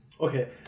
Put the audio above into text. Okay